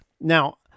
Now